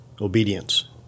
obedience